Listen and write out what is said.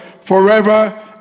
forever